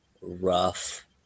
rough